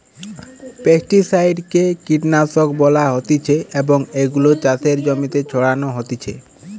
pesticide কে কীটনাশক বলা হতিছে এবং এগুলো চাষের জমিতে ছড়ানো হতিছে